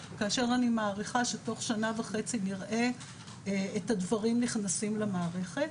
כאשר אני מעריכה שתוך שנה וחצי נראה את הדברים נכנסים למערכת.